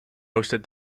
hosted